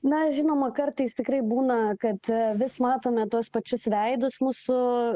na žinoma kartais tikrai būna kad vis matome tuos pačius veidus mūsų